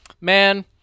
Man